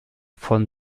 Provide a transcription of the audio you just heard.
von